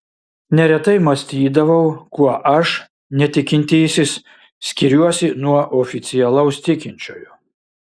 neretai mąstydavau kuo aš netikintysis skiriuosi nuo oficialaus tikinčiojo